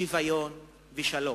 שוויון ושלום.